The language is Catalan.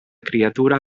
criatura